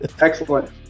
Excellent